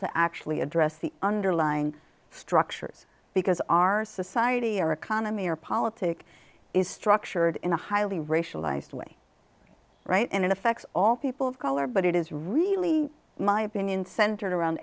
to actually address the underlying structures because our society our economy or politic is structured in a highly racialized way right and it affects all people of color but it is really my opinion centered around